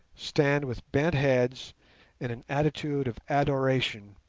stand with bent heads in an attitude of adoration,